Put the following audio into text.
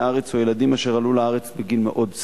הארץ או ילדים אשר עלו לארץ בגיל מאוד צעיר.